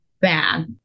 bad